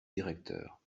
directeur